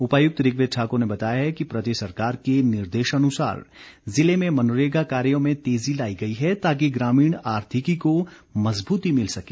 उपायुक्त ऋग्वेद ठाकुर ने बताया है कि प्रदेश सरकार के निर्देशानुसार जिले में मनरेगा कार्यो में तेज़ी लाई गई है ताकि ग्रामीण आर्थिकी को मजबूती मिल सके